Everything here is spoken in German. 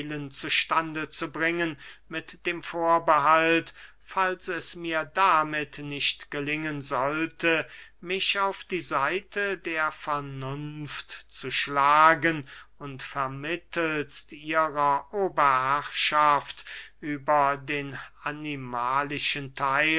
zu stande zu bringen mit dem vorbehalt falls es mir damit nicht gelingen sollte mich auf die seite der vernunft zu schlagen und vermittelst ihrer oberherrschaft über den animalischen theil